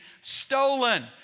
stolen